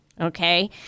Okay